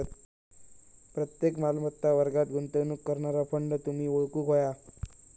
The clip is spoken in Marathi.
प्रत्येक मालमत्ता वर्गात गुंतवणूक करणारा फंड तुम्ही ओळखूक व्हया